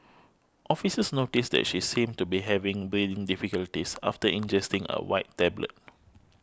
officers notices that she seemed to be having breathing difficulties after ingesting a white tablet